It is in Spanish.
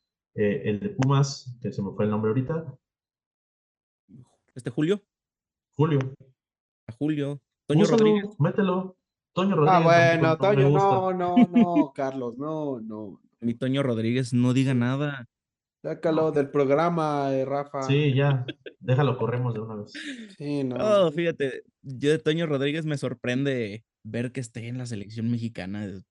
eh, el de Pumas, que se me fue el nombre ahorita. ¿Este Julio? Julio. A Julio. Toño Úsalo, Rodríguez. mételo. Toño Ah, Rodríguez tampoco bueno, no me Toño, gusta. no, no, no, Carlos, no, no. Mi Toño Rodríguez, no diga nada. Sácalo No. del programa, eh, Rafa. Sí, ya, déjalo, corremos de una vez. Sí, no. Oh, fíjate, yo de Toño Rodríguez me sorprende ver que esté en la selección mexicana de-